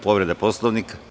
Povreda Poslovnika.